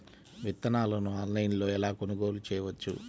విత్తనాలను ఆన్లైనులో ఎలా కొనుగోలు చేయవచ్చు?